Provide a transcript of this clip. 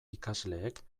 ikasleek